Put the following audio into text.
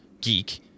geek